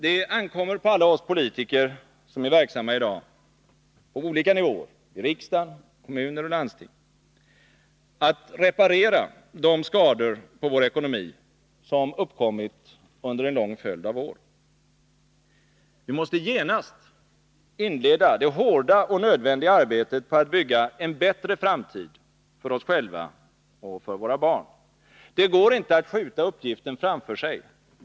Det ankommer på alla oss politiker, som i dag är verksamma på olika nivåer, i riksdagen, i kommuner och landsting, att reparera de skador på vår ekonomi som uppkommit under en lång följd av år. Vi måste genast inleda det hårda och nödvändiga arbetet på att bygga en bättre framtid för oss själva och för våra barn. Det går inte att skjuta uppgiften framför sig.